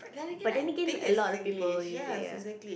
but then again a lot of people they are